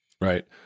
Right